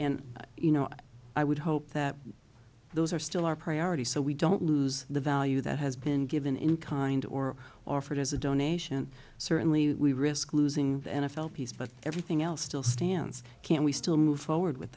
and you know i would hope that those are still our priorities so we don't lose the value that has been given in kind or offered as a donation certainly we risk losing the n f l piece but everything else still stands can we still move forward with